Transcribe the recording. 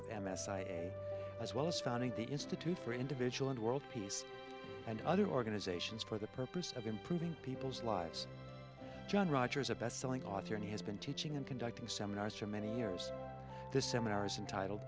of m s i as well as founding the institute for individual and world peace and other organizations for the purpose of improving people's lives john rogers a bestselling author and he has been teaching and conducting seminars for many years the seminars title